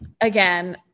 again